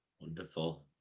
Wonderful